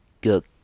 good